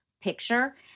picture